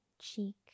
cheek